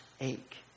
ache